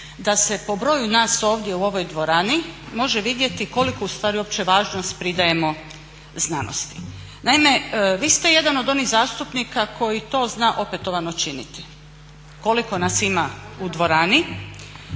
da se po broju nas ovdje u ovoj dvorani može vidjeti koliko važnost pridajemo znanosti. Naime, vi ste jedan od onih zastupnika koji to zna opetovano činiti, koliko nas ima u dvorani